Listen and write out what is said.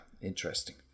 interesting